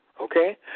Okay